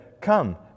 come